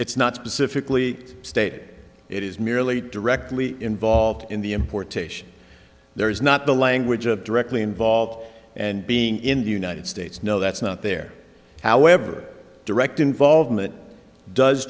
it's not specifically stated it is merely directly involved in the importation there is not the language of directly involved and being in the united states no that's not there however direct involvement does